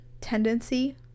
tendency